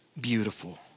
beautiful